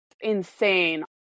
insane